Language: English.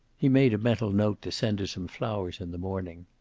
he made a mental note to send her some flowers in the morning.